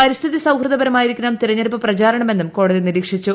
പരിസ്ഥിതി സൌഹൃദപരമായിരിക്കണം തെരഞ്ഞെടുപ്പ് പ്രചാരണമെന്നും കോടതി നിരീക്ഷിച്ചു